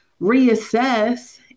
reassess